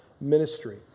ministry